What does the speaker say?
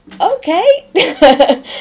okay